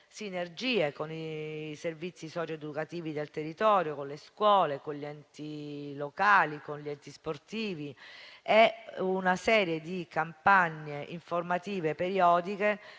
sinergie con i servizi socioeducativi del territorio, con le scuole, gli enti locali e sportivi e una serie di campagne informative periodiche